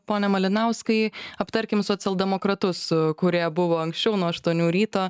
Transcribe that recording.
pone malinauskai aptarkim socialdemokratus kurie buvo anksčiau nuo aštuonių ryto